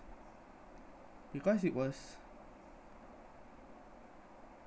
because it was